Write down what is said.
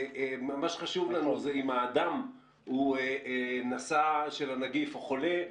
ומה שחשוב לנו זה אם האדם הוא נשא של הנגיף או חולה,